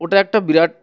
ওটা একটা বিরাট